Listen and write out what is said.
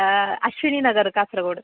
Ashwini Nagar Kasaragod